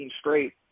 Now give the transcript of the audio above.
straight